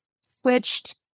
switched